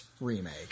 remake